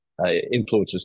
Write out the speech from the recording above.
influencers